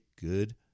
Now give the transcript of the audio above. good